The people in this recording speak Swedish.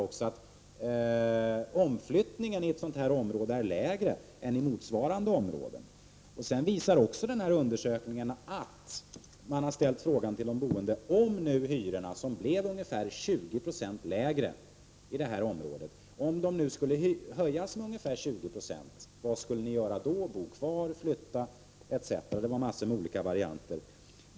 Omflyttningen i ett sådant område är lägre än i motsvarande områden. I denna undersökning har man till de boende ställt frågan: Om nu hyrorna — som i detta område blev ca 20 76 lägre än normalt — skulle höjas med 20 90, vad skulle ni göra då? Skulle ni bo kvar, flytta ete.?